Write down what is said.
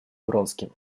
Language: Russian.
вронским